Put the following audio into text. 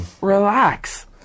Relax